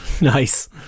Nice